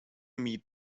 meet